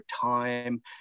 time